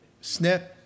snip